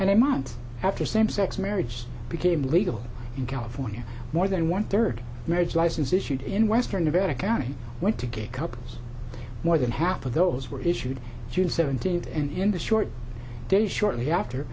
and a month after same sex marriage became legal in california more than one third marriage license issued in western nevada county went to gay couples more than half of those were issued june seventeenth and in the short then shortly after